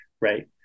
right